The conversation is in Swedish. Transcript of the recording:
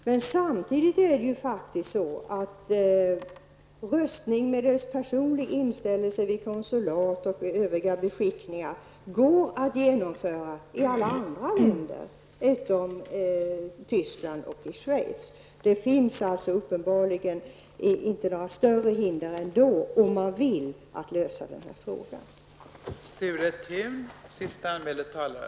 Men det är ju så att röstning med personlig inställelse vid konsulat och övriga beskickningar går att genomföra i alla länder utom i Tyskland och Schweiz. Det finns uppenbarligen inte några större hinder för att lösa den här frågan om man vill.